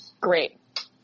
Great